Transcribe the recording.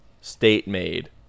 state-made